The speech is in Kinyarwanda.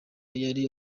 yari